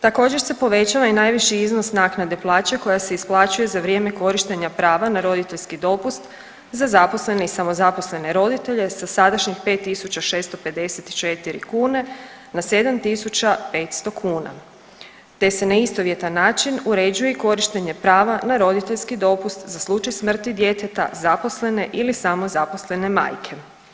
Također se povećava i najviši iznos naknade plaće koja se isplaćuje za vrijeme korištenja prava na roditeljski dopust za zaposlene i samozaposlene roditelje sa sadašnjih 5.654 kune na 7.500 kuna te se na istovjetan način uređuje i korištenje prava na roditeljski dopust za slučaj smrti djeteta zaposlene ili samozaposlene majke.